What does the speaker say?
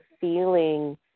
feeling